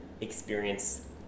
experience